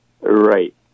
Right